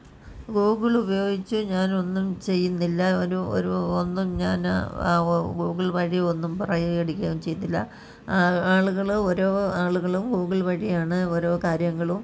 Google ഉപയോഗിച്ച് ഞാനൊന്നും ചെയ്യുന്നില്ല ഒരു ഒരു ഒന്നും ഞാൻ ഗൂഗിൾ വഴി ഒന്നും പറയുകയും എടുക്കുകയും ചെയ്തില്ല ആളുകൾ ഓരോ ആളുകളും ഗൂഗിൾ വഴിയാണ് ഓരോ കാര്യങ്ങളും